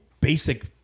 basic